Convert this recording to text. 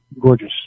gorgeous